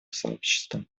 сообществом